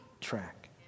track